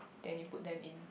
then you put them in